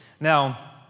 Now